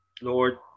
Lord